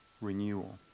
Renewal